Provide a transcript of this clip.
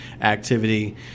activity